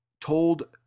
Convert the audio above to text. told